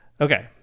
Okay